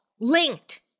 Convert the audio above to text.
linked